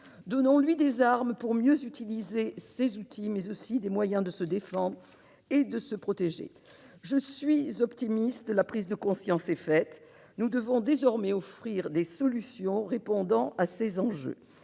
Donnons-lui des armes pour mieux utiliser ces outils, mais aussi des moyens de se défendre et se protéger. Je suis optimiste : la prise de conscience a eu lieu, nous devons désormais offrir des solutions répondant à ces enjeux.